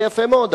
זה יפה מאוד,